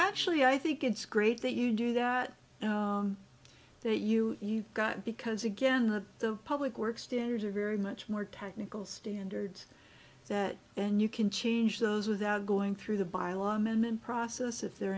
actually i think it's great that you do that that you you've got because again the public work standards are very much more technical standards that and you can change those without going through the bylaws men and process if they're